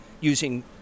using